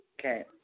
Okay